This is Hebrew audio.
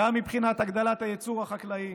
גם מבחינת הגדלת הייצור החקלאי.